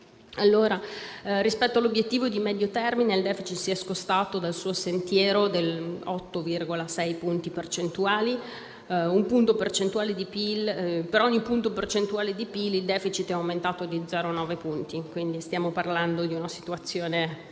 Rispetto all'obiettivo di medio termine, il *deficit* si è spostato dal suo sentiero di 8,6 punti percentuali. Per ogni punto percentuale di PIL, il *deficit* è aumentato di 0,9 punti. Quindi stiamo parlando di una situazione